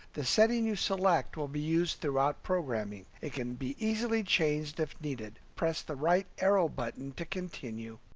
the setting you select will be used throughout programming. it can be easily changed if needed. press the right arrow button to continue.